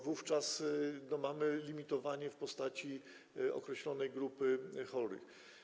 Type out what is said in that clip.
Wówczas mamy limitowanie w postaci określonej grupy chorych.